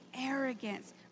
arrogance